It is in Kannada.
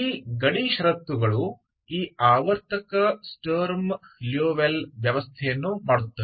ಈ ಗಡಿ ಷರತ್ತುಗಳು ಈ ಆವರ್ತಕ ಸ್ಟರ್ಮ್ ಲಿಯೋವಿಲ್ಲೆ ವ್ಯವಸ್ಥೆಯನ್ನು ಮಾಡುತ್ತವೆ